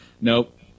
Nope